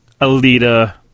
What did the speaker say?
Alita